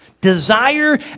desire